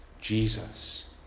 Jesus